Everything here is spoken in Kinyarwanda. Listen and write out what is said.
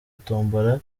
tombola